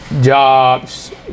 jobs